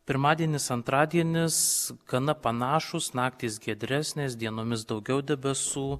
pirmadienis antradienis gana panašūs naktys giedresnės dienomis daugiau debesų